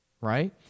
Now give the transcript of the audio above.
right